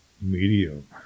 Medium